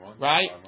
right